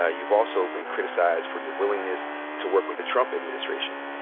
ah you've also been criticized for your willingness to work with the trump administration.